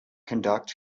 conduct